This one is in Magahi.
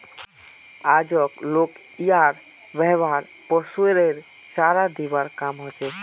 आजक लोग यार व्यवहार पशुरेर चारा दिबार काम हछेक